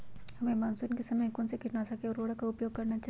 हमें मानसून के समय कौन से किटनाशक या उर्वरक का उपयोग करना चाहिए?